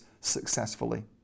successfully